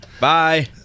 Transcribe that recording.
Bye